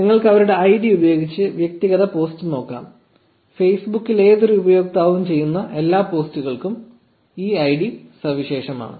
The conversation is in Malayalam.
നിങ്ങൾക്ക് അവരുടെ ഐഡി ഉപയോഗിച്ച് വ്യക്തിഗത പോസ്റ്റ് നോക്കാം ഫേസ്ബുക്കിൽ ഏതൊരു ഉപയോക്താവും ചെയ്യുന്ന എല്ലാ പോസ്റ്റുകൾക്കും ഈ ഐഡി സവിശേഷമാണ്